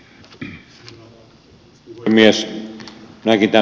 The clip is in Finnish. herra puhemies